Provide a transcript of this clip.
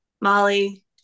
Molly